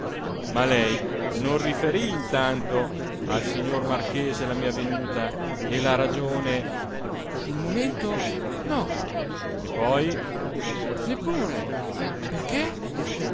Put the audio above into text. ma lei non riferì intanto al signor marchese la mia venuta e la ragione sul momento no e poi neppure perché